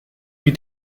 wie